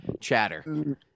chatter